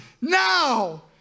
now